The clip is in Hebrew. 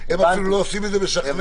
הם אפילו לא עושים את זה משכנע.